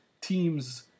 teams